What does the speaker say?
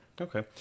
Okay